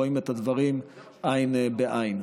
אנחנו רואים את הדברים עין בעין.